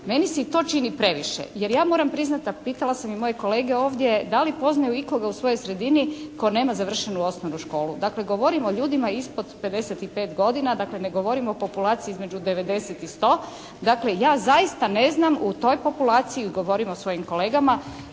meni se i to čini previše jer ja moram priznati, a pitala sam i moje kolege ovdje da li poznaju ikoga u svojoj sredini tko nema završenu osnovnu školu. Dakle, govorim o ljudima ispod 55 godina, dakle ne govorim o populaciji između 90 i 100. Dakle, ja zaista ne znam u toj populaciji, govorim o svojim kolegama